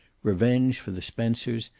revenge for the spencers,